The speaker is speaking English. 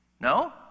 No